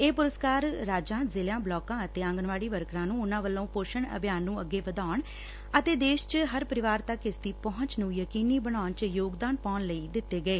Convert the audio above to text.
ਇਹ ਪੁਰਸਕਾਰ ਰਾਜਾਂ ਜ਼ਿਲਿਆਂ ਬਲਾਕਾਂ ਅਤੇ ਆਂਗਨਵਾੜੀ ਵਰਕਰਾਂ ਨੂੰ ਉਨਾਂ ਵਲੋਂ ਪੋਸ਼ਣ ਅਭਿਆਨ ਨੂੰ ਅੱਗੇ ਵਧਾਉਣ ਅਤੇ ਦੇਸ਼ ਚ ਹਰ ਪਰਿਵਾਰ ਤੱਕ ਇਸ ਦੀ ਪਹੰਚ ਯਕੀਨੀ ਬਣਾਉਣ ਚ ਯੋਗਦਾਨ ਪਾਉਣ ਲੱਈ ਦਿੱਤਾ ਗਿਐ